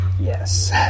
Yes